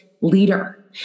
leader